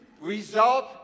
result